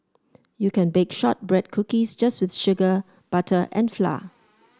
you can bake shortbread cookies just with sugar butter and flour